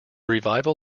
revival